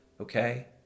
Okay